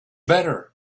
better